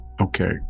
Okay